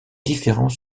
différents